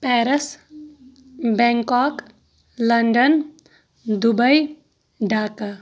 Paris Bangkok London Dubai Dhaka